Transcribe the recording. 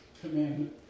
commandment